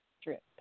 strip